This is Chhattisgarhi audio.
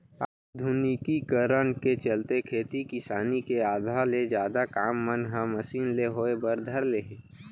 आधुनिकीकरन के चलते खेती किसानी के आधा ले जादा काम मन ह मसीन ले होय बर धर ले हे